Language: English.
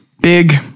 Big